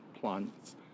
plants